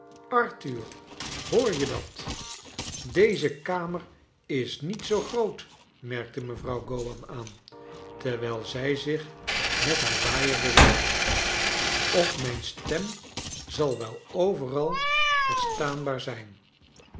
arthur hoor je dat deze kamer is niet zoo groot merkte mevrouw gowan aan terwijl zij zich met haar waaier bewerkte of mijn stem zal wel overal verstaanbaar zijn